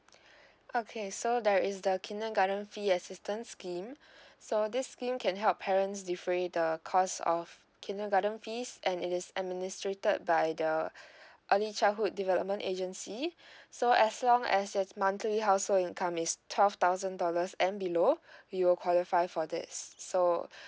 okay so there is the kindergarten fee assistance scheme so this scheme can help parents defray the cost of kindergarten fees and it is administrator by the early childhood development agency so as long as your monthly household income is twelve thousand dollars and below you will qualify for this so